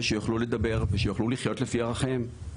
שיוכלו לדבר ויוכלו לחיות לפי ערכיהם.